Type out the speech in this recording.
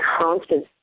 constant